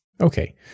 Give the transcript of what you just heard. Okay